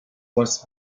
was